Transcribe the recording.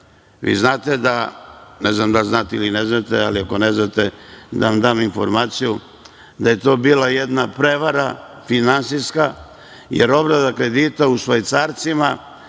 Vi znate da, ne znam da li znate ili ne znate, ali ako ne znate, da vam dam informaciju da je to bila jedna prevara finansijska, jer obrada kredita u švajcarcima